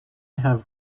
have